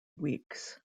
weeks